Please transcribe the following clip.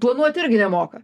planuot irgi nemoka